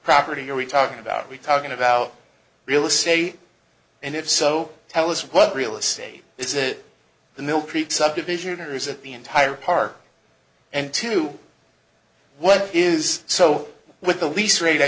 property are we talking about are we talking about real estate and if so tell us what real estate is it the mill creek subdivision or is it the entire park and to what is so with the lease rate i